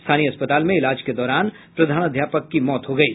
स्थानीय अस्पताल में इलाज के दौरान प्रधानाध्यापक की मौत हो गयी